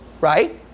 right